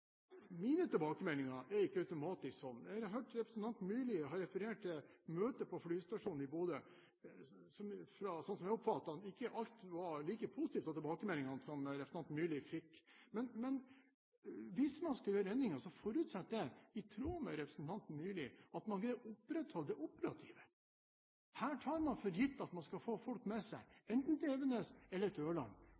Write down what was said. Mine tilbakemeldinger er ikke at det automatisk er sånn. Jeg hørte at representanten Myrli refererte til et møte på flystasjonen i Bodø, der – sånn som jeg oppfattet ham – ikke alle tilbakemeldingene som Myrli fikk, var like positive. Men hvis man skal gjøre endringer, forutsetter jeg – i tråd med det som representanten Myrli sa – at man greier å opprettholde det operative. Her tar man for gitt at man skal få folk med seg,